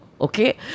Okay